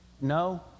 no